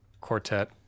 quartet